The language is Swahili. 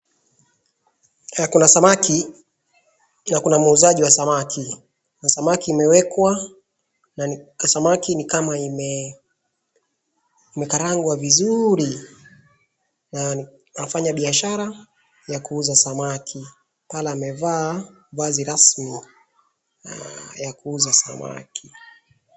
Kuna samaki na kuna muuzaji wa samaki. Na samaki imewekwa na samaki ni kama imekarangwa vizuri na wanafanya biashara ya kuuza samaki. Pale amevaa vazi rasmi na ya kuuza samaki.